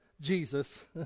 Jesus